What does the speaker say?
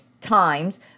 times